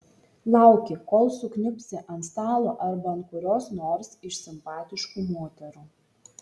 lauki kol sukniubsi ant stalo arba ant kurios nors iš simpatiškų moterų